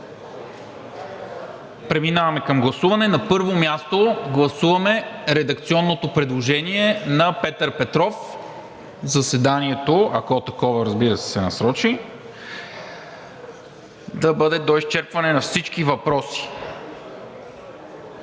Преминаваме към гласуване. На първо място гласуваме редакционното предложение на Петър Петров заседанието, ако такова, разбира се, се насрочи, да бъде до изчерпване на всички въпроси.